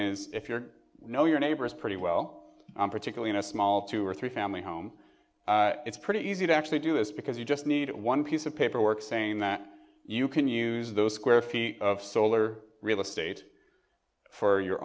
is if you're know your neighbors pretty well particularly in a small two or three family home it's pretty easy to actually do this because you just need one piece of paperwork saying that you can use those square feet of solar real estate for your